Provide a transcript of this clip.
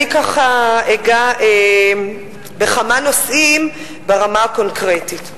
אני ככה אגע בכמה נושאים ברמה הקונקרטית.